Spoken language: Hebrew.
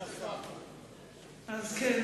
אז כן,